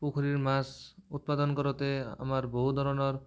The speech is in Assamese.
পুখুৰীৰ মাছ উৎপাদন কৰোঁতে আমাৰ বহু ধৰণৰ